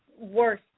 worse